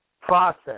process